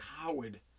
coward